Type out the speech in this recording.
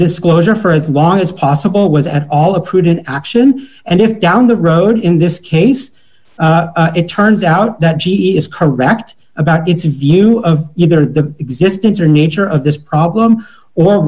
disclosure for as long as possible was at all a prudent action and if down the road in this case it turns out that she is correct about its view of either the existence or nature of this problem or